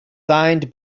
signed